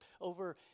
over